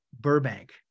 Burbank